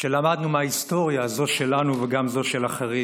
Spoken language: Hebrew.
שלמדנו מההיסטוריה, זו שלנו וגם זו של האחרים,